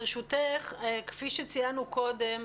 כפי שציינו קודם,